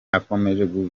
akomeje